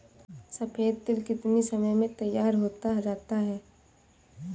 सफेद तिल कितनी समय में तैयार होता जाता है?